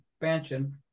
expansion